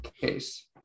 case